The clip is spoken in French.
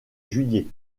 juillet